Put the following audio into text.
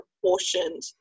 proportioned